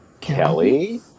Kelly